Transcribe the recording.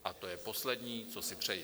A to je poslední, co si přeji.